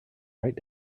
right